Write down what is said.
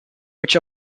which